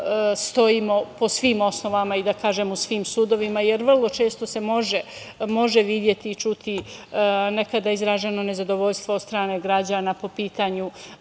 stojimo po svim osnovama i u svim sudovima, jer vrlo često se može videti i čuti nekada izraženo nezadovoljstvo od strane građana po pitanju